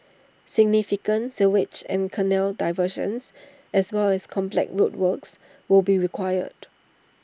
significant sewage and canal diversions as well as complex road works will be required